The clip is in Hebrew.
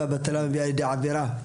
והבטלה מביאה לידי עבירה.